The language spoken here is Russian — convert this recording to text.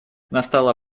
настало